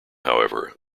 however